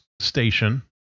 station